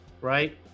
Right